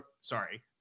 Sorry